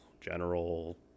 general